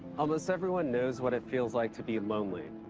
almost everyone knows what it feels like to be lonely.